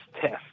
test